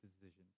decisions